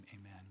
amen